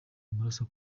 amaraso